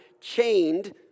chained